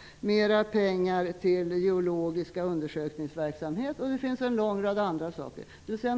-- mera pengar till geologisk undersökningsverksamhet och en lång rad andra saker.